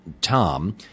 Tom